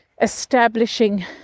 establishing